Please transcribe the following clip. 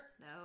No